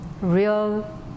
real